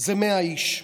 היא 100 איש.